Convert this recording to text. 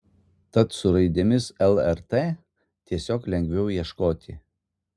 tad su raidėmis lrt tiesiog lengviau ieškoti